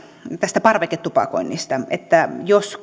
tästä parveketupakoinnista jos